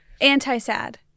Anti-sad